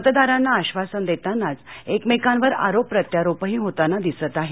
मतदारांना आश्वासनं देतानाच एकमेकांवर आरोप प्रत्यारोपही होताना दिसत आहेत